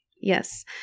Yes